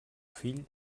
fill